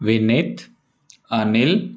Vineet Anil